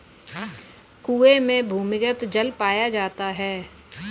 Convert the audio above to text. कुएं में भूमिगत जल पाया जाता है